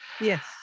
yes